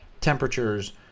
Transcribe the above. temperatures